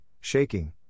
shaking